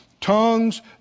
tongues